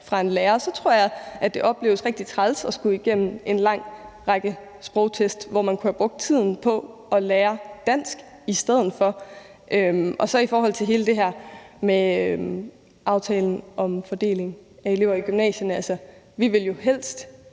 fra en lærer, så tror jeg det opleves rigtig træls at skulle igennem en lang række sprogtest, hvor man kunne have brugt tiden på at lære dansk i stedet for. I forhold til hele det her med aftalen om fordeling af elever i gymnasierne ville vi jo helst,